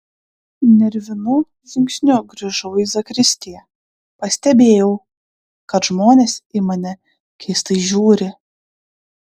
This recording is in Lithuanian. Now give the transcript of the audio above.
nervinu žingsniu grįžau į zakristiją pastebėjau kad žmonės į mane keistai žiūri